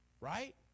right